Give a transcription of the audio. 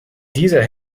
dieser